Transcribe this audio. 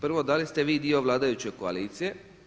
Prvo da li ste vi dio vladajuće koalicije?